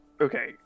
okay